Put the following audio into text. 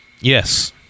Yes